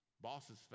bosses